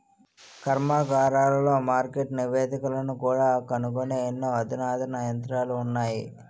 కర్మాగారాలలో మార్కెట్ నివేదికలను కూడా కనుగొనే ఎన్నో అధునాతన యంత్రాలు ఉన్నాయి